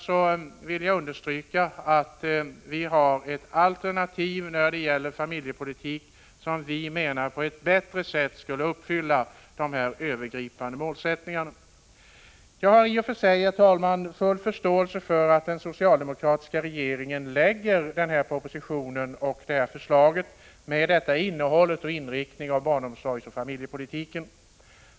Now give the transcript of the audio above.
Jag vill understryka att vi har förslag till en alternativ familjepolitik, som enligt vår mening på ett bättre sätt skulle uppfylla dessa övergripande målsättningar. Herr talman! Jag har i och för sig full förståelse för att den socialdemokratiska regeringen lägger fram en proposition med denna inriktning på barnomsorgsoch familjepolitiken.